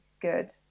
good